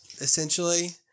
essentially